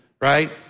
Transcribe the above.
Right